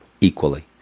Equally